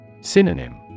Synonym